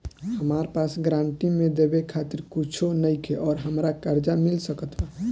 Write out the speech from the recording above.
हमरा पास गारंटी मे देवे खातिर कुछूओ नईखे और हमरा कर्जा मिल सकत बा?